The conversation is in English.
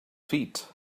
feet